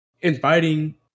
inviting